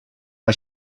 why